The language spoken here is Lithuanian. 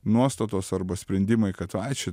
nuostatos arba sprendimai kad ai čia